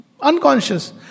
unconscious